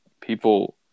people